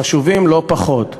חשוב לא פחות.